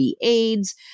AIDS